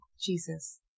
Jesus